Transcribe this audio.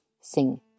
sing